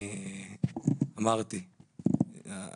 עוד